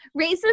Racist